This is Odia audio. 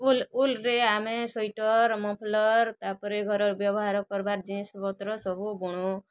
ଉଲ ଉଲରେ ଆମେ ସ୍ଵେଟର ମଫଲର ତା'ପରେ ଘରର ବ୍ୟବହାର କରବାର ଜିନିଷ ପତ୍ର ସବୁ ବୁଣୁ